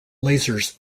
lasers